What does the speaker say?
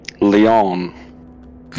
Leon